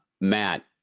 matt